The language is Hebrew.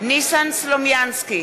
ניסן סלומינסקי,